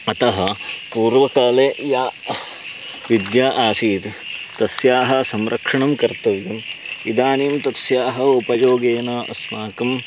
अतः पूर्वकाले या विद्या आसीत् तस्याः संरक्षणं कर्तव्यम् इदानीं तस्याः उपयोगेन अस्माकम्